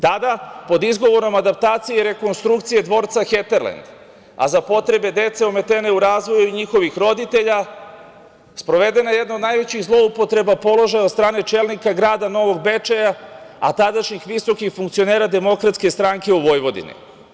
Tada, pod izgovorom adaptacije i rekonstrukcije dvorca „Heterlend“, a za potrebe dece ometene u razvoju i njihovih roditelja, sprovedena je jedna od najvećih zloupotreba položaja od strane čelnika grada Novog Bečeja, a tadašnjih visokih funkcionera DS u Vojvodini.